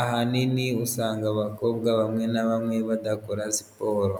ahanini usanga abakobwa bamwe na bamwe badakora siporo.